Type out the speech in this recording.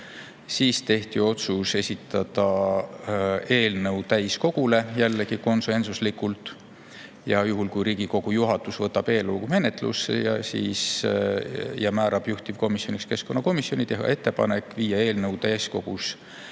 Siis tehti otsus esitada eelnõu täiskogule, jällegi konsensuslikult, ja juhul, kui Riigikogu juhatus võtab eelnõu menetlusse ja määrab juhtivkomisjoniks keskkonnakomisjoni, teha ettepanek võtta eelnõu täiskogu